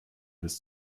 bis